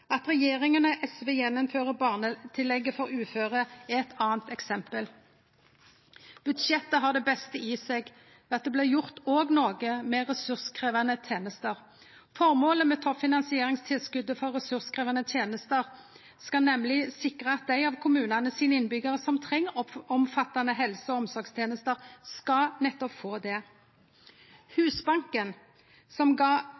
At regjeringa og SV innfører barnetillegget for uføre igjen, er eit anna eksempel. Budsjettet har det beste i seg – at det òg blir gjort noko med resurskrevjande tenester. Formålet med toppfinansieringstilskotet for resurskrevjande tenester er nemleg å sikre at dei av kommunane sine innbyggjarar som treng omfattande helse- og omsorgstenester, skal få nettopp det. Husbanken, som gav